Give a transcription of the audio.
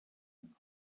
can